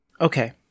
Okay